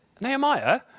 Nehemiah